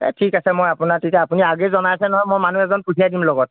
এই ঠিক আছে মই আপোনাক তেতিয়া আপুনি আগেই জনাইছে নহয় মই মানুহ এজন পঠিয়াই দিম লগত